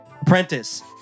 apprentice